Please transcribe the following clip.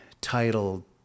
title